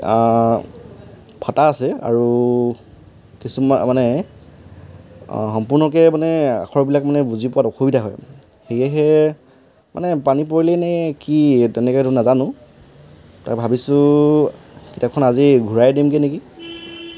ফটা আছে আৰু কিছুমান মানে সম্পূৰ্ণকৈ মানে আখৰবিলাক মানে বুজি পোৱাত অসুবিধা হয় সেয়েহে মানে পানী পৰিলেই নে কি তেনেকেতো নাজানোঁ তো ভাবিছোঁ কিতাপখন আজি ঘূৰাই দিমগৈ নেকি